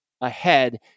ahead